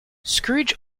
scrooge